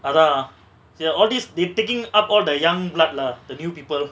அதா:atha she all these they taking up all the young blood lah the new people